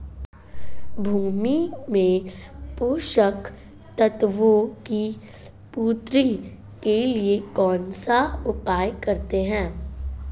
भूमि में पोषक तत्वों की पूर्ति के लिए कौनसा उपाय करते हैं?